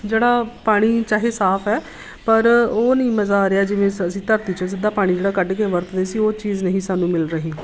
ਜਿਹੜਾ ਪਾਣੀ ਚਾਹੇ ਸਾਫ ਹੈ ਪਰ ਉਹ ਨਹੀਂ ਮਜ਼ਾ ਆ ਰਿਹਾ ਜਿਵੇਂ ਸ ਅਸੀਂ ਧਰਤੀ 'ਚੋਂ ਸਿੱਧਾ ਪਾਣੀ ਜਿਹੜਾ ਕੱਢ ਕੇ ਵਰਤਦੇ ਸੀ ਉਹ ਚੀਜ਼ ਨਹੀਂ ਸਾਨੂੰ ਮਿਲ ਰਹੀ